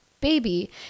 baby